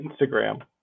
Instagram